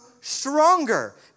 stronger